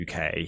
UK